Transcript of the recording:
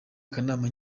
akanama